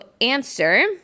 answer